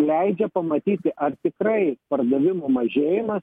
leidžia pamatyti ar tikrai pardavimų mažėjimas